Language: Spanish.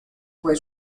fue